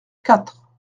quatre